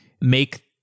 make